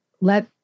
let